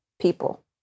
people